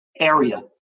area